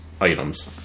items